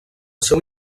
seu